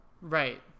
right